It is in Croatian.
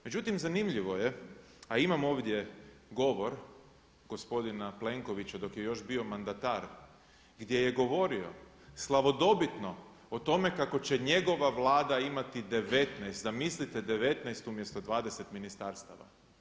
Međutim zanimljivo je a imam ovdje govor gospodina Plenkovića dok je još bio mandatar gdje je govorio slavodobitno o tome kako će njegova Vlada imati 19, zamislite 19 umjesto 20 ministarstava.